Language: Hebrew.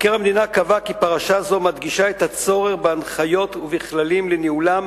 מבקר המדינה קבע כי פרשה זו מדגישה את הצורך בהנחיות ובכללים לניהולם